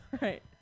right